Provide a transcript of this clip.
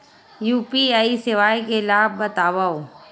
UPI सेवाएं के लाभ बतावव?